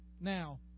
Now